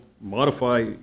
modify